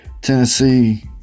Tennessee